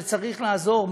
שצריך לעזור,